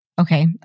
okay